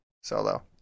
solo